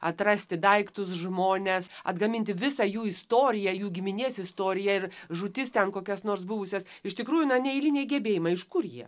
atrasti daiktus žmones atgaminti visą jų istoriją jų giminės istoriją ir žūtis ten kokias nors buvusias iš tikrųjų na neeiliniai gebėjimai iš kur jie